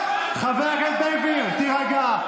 חבר הכנסת בן גביר, תירגע.